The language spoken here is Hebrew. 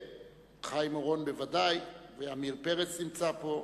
חיים אורון בוודאי, ועמיר פרץ נמצא פה.